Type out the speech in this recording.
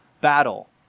battle